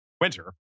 winter